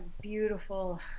beautiful